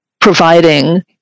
providing